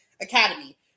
Academy